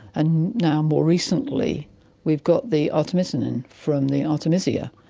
and now more recently we've got the artemisian and from the artemisia.